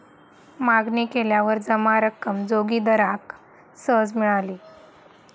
मागणी केल्यावर जमा रक्कम जोगिंदराक सहज मिळाली